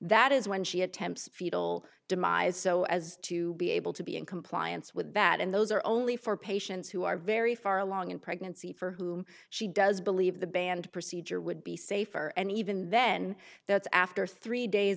that is when she attempts fetal demise so as to be able to be in compliance with that and those are only for patients who are very far along in pregnancy for whom she does believe the band procedure would be safer and even then that's after three days